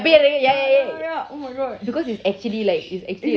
பேய் அறை:pey arai ya ya ya because it's actually like actually like